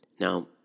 Now